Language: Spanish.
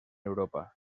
europa